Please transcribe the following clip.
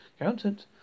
accountant